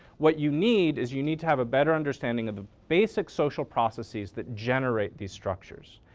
what you need is you need to have a better understanding of basic social processes that generate these structures.